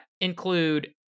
include